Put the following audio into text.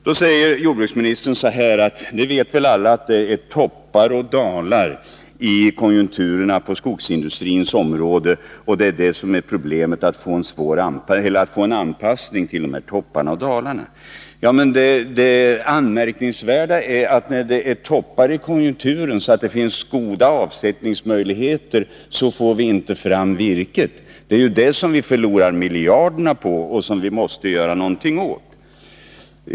Då säger jordbruksministern att alla vet att det är toppar och dalar i konjunkturerna på skogsindustrins område. Problemet är att få en anpassning till dessa toppar och dalar. Ja, men det anmärkningsvärda är att när det är toppar i konjunkturen så att det finns goda avsättningsmöjligheter, får vi inte fram virket. Det är detta vi förlorar miljarder på och som vi måste göra någonting åt.